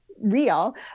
real